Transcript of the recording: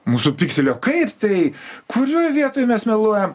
mūsų pyketlėjo kaip tai kurioj vietoj mes meluojam